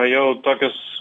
jau tokios